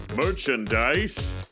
Merchandise